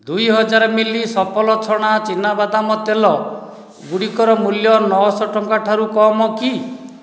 ଦୁଇହଜାର ମିଲି ସଫଲ ଛଣା ଚୀନାବାଦାମ ତେଲ ଗୁଡ଼ିକର ମୂଲ୍ୟ ନଅ ଶହ ଟଙ୍କା ଠାରୁ କମ୍ କି